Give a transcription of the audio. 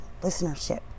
listenership